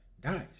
dies